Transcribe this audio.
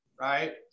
Right